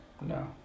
No